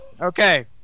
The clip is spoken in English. Okay